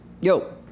Yo